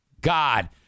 God